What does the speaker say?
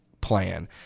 plan